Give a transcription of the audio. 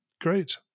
great